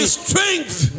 strength